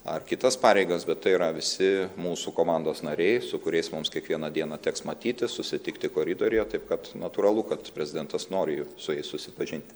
ar kitas pareigas bet tai yra visi mūsų komandos nariai su kuriais mums kiekvieną dieną teks matytis susitikti koridoriuje taip kad natūralu kad prezidentas nori jų su jais susipažinti